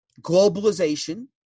globalization